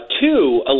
two